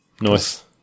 Nice